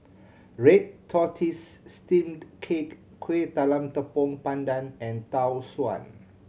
red tortoise steamed cake Kueh Talam Tepong Pandan and Tau Suan